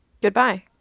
Goodbye